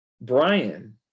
Brian